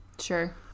Sure